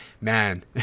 man